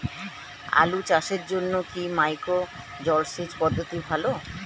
আলু চাষের জন্য কি মাইক্রো জলসেচ পদ্ধতি ভালো?